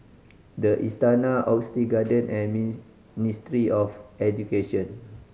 The Istana Oxley Garden and Ministry of Education